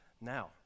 Now